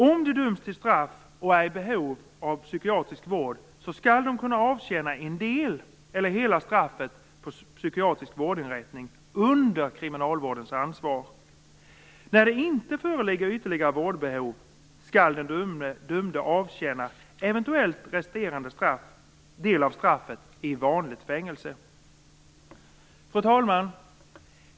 Om de som döms är i behov av psykiatrisk vård, skall de kunna avtjäna en del eller hela straffet på psykiatrisk vårdinrättning under kriminalvårdens ansvar. När det inte föreligger ytterligare vårdbehov skall den dömde avtjäna eventuell resterande del av straffet i vanligt fängelse. Fru talman!